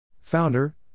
Founder